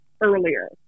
earlier